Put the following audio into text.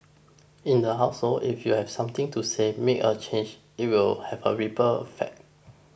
in the household if you've something to say make a change it will have a ripple effect